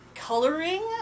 coloring